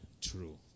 true